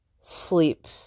sleep